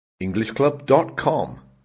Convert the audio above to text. Englishclub.com